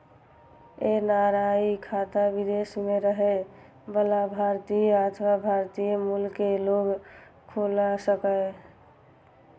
NRI खाता विदेश मे रहै बला भारतीय अथवा भारतीय मूल के लोग खोला सकैए